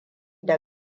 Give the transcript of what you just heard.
da